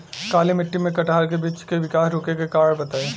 काली मिट्टी में कटहल के बृच्छ के विकास रुके के कारण बताई?